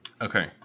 Okay